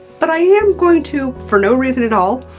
but i am going to, for no reason at all,